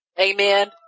Amen